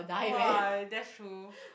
!wah! that's true